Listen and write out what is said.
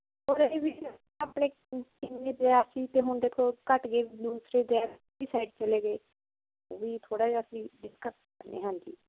ਕਿੰਨੇ ਦਰਿਆ ਸੀ ਤੇ ਹੁਣ ਦੇਖੋ ਘੱਟ ਗਏ ਦੂਸਰੇ ਡੈਮ ਵੀ ਸਾਈਡ ਚਲੇ ਗਏ ਵੀ ਥੋੜਾ ਜਿਹਾ ਅਸੀਂ ਦਿੱਕਤਾ ਹਾਂਜੀ